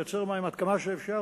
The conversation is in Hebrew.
לייצר מים כמה שאפשר,